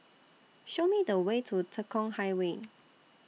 Show Me The Way to Tekong Highway